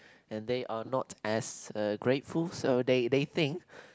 and they are not as uh grateful so they they think